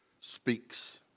speaks